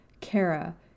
Kara